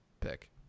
pick